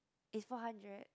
is four hundred